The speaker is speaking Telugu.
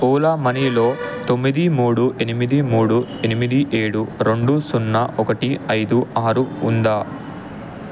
ఓలా మనీలో తొమ్మిది మూడు ఎనిమిది మూడు ఎనిమిది ఏడు రెండు సున్నా ఒకటి ఐదు ఆరు ఉందా